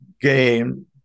game